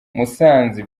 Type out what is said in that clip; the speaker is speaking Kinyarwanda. musanze